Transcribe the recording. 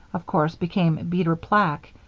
of course, became beter plack,